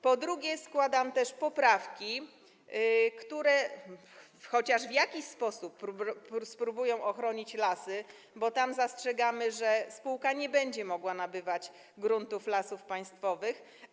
Po drugie, składam też poprawki, które chociaż w jakiś sposób spróbują ochronić lasy, bo tam zastrzegamy, że spółka nie będzie mogła nabywać gruntów Lasów Państwowych.